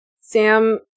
Sam